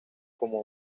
como